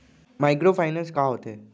Microfinance bank का होथे?